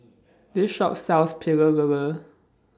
This Shop sells Pecel Lele